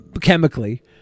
chemically